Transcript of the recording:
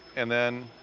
and then